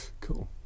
Cool